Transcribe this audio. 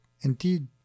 indeed